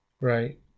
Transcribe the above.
right